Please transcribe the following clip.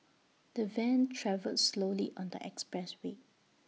the van travelled slowly on the expressway